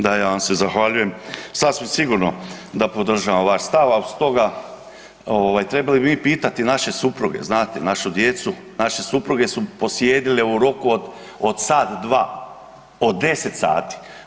Da, ja vam se zahvaljujem, sasvim sigurno da podržavam vaš stav, a stoga ovaj trebali bi mi pitati naše supruge znate, našu djecu, naše supruge su posjedile u roku od sat, dva, od 10 sati.